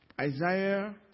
Isaiah